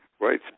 right